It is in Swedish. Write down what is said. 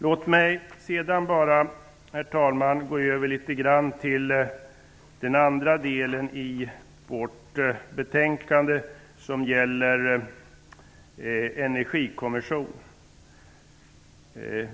Låt mig sedan bara, herr talman, gå över litet grand till den andra delen i vårt betänkande, som gäller en energikommission.